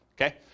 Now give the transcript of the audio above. Okay